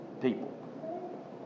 people